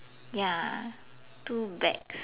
ya two bags